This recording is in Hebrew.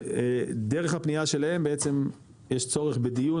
דרך הפנייה שלהם בעצם יש צורך בדיון,